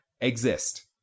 exist